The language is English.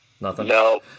No